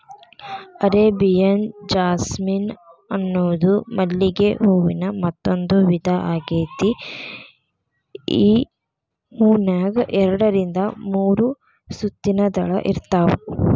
Arabian jasmine ಅನ್ನೋದು ಮಲ್ಲಿಗೆ ಹೂವಿನ ಮತ್ತಂದೂ ವಿಧಾ ಆಗೇತಿ, ಈ ಹೂನ್ಯಾಗ ಎರಡರಿಂದ ಮೂರು ಸುತ್ತಿನ ದಳ ಇರ್ತಾವ